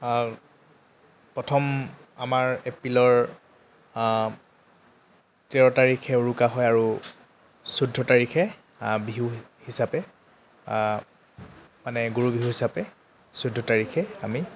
প্ৰথম আমাৰ এপ্ৰিলৰ তেৰ তাৰিখে উৰুকা হয় আৰু চৈধ্য তাৰিখে বিহু হিচাপে মানে গৰু বিহু হিচাপে চৈধ্য তাৰিখে আমি